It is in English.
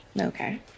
Okay